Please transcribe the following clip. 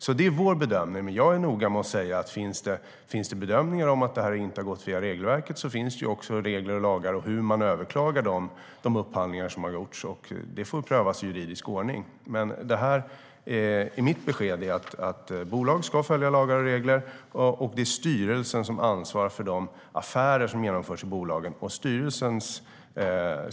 Det är alltså vår bedömning, men jag är noga med att säga följande: Finns det bedömningar att det här inte har skett enligt regelverket finns också regler och lagar för hur man överklagar de upphandlingar som har gjorts. Det får prövas i juridisk ordning. Mitt besked är att bolag ska följa lagar och regler och att det är styrelsen som ansvarar för de affärer som genomförs i bolagen.